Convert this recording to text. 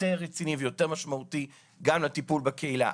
יותר רציני ומשמעותי יותר גם בטיפול בקהילה.